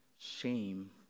shame